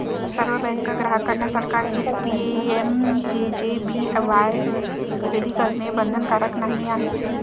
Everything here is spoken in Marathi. सर्व बँक ग्राहकांना सरकारचे पी.एम.जे.जे.बी.वाई खरेदी करणे बंधनकारक नाही आहे